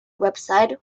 website